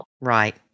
Right